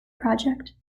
project